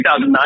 2009